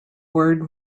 word